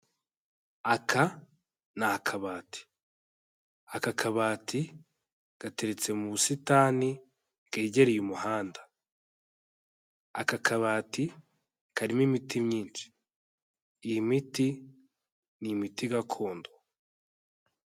Aka ni akabati. Aka kabati gateretse mu busitani bwegereye umuhanda. Aka kabati karimo imiti myinshi. Iyi miti ni imiti gakondo.